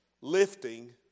Lifting